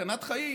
סכנת חיים,